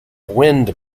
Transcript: wind